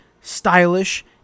stylish